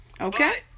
Okay